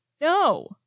No